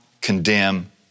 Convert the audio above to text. condemn